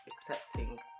accepting